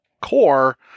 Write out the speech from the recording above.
Core